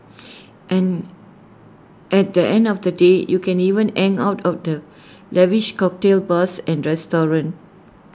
and at the end of the day you can even hang out of the lavish cocktail bars and restaurants